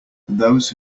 those